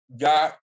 got